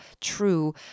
true